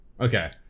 Okay